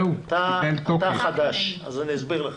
אתה חדש ולכן אני אסביר לך.